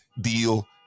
deal